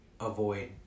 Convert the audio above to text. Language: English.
avoid